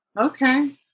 Okay